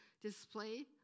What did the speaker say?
display